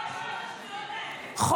בואו נדבר על השטויות האלה.